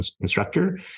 instructor